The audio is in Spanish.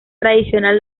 tradicional